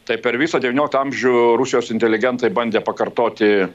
tai per visą devynioliktą amžių rusijos inteligentai bandė pakartoti